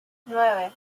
nueve